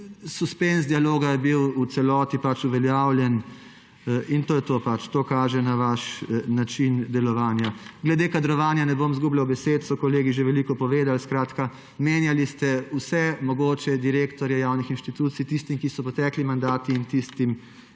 Suspenz dialoga je bil v celoti uveljavljen in to je to. To kaže na vaš način delovanja. Glede kadrovanja ne bom izgubljal besed, so kolegi že veliko povedali. Skratka, menjali ste vse mogoče direktorje javnih inštitucij, tiste, ki so jim potekli mandati, in tiste,